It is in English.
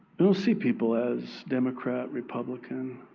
don't see people as democrat, republican,